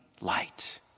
light